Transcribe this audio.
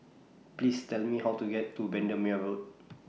Please Tell Me How to get to Bendemeer Road